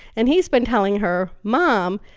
and he's been telling her, mom,